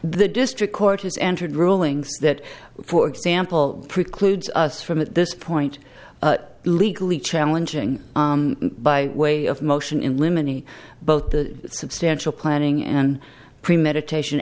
the district court has entered rulings that for example precludes us from at this point legally challenging by way of motion in limine e both the substantial planning and premeditation